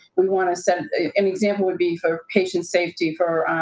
we want to set an example would be for patient safety for,